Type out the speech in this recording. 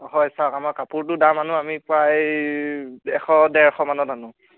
হয় চাওক আমাৰ কাপোৰটোৰ দাম আনো আমি প্ৰায় এশ ডেৰশ মানত আনো